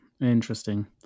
interesting